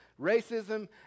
Racism